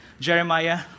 Jeremiah